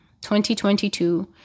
2022